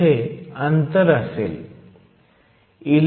इथे अंतर असेल